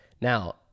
Now